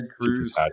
Cruz